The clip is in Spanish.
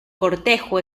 cortejo